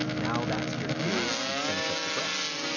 now that's your cue to finish up the breast.